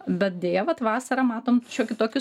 bet deja vat vasarą matom šiokį tokį